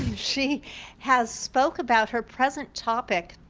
she has spoke about her present topic,